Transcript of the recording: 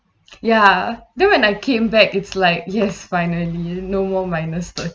ya then when I came back it's like yes finally no more minus thirty